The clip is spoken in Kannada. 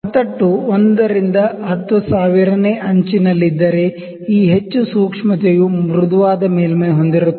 ಸಮತಟ್ಟು 1 ರಿಂದ 10000 ನೇ ಅಂಚಿನಲ್ಲಿದ್ದರೆ ಈ ಹೆಚ್ಚು ಸೂಕ್ಷ್ಮತೆಯು ಮೃದುವಾದ ಮೇಲ್ಮೈ ಹೊಂದಿರುತ್ತದೆ